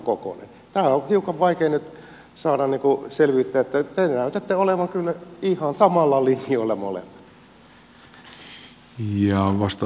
tähän on hiukan vaikea nyt saada selvyyttä te näytätte olevan kyllä ihan samoilla linjoilla molemmat